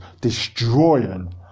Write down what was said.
destroying